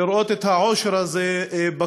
לראות את העושר הזה בקמפוס.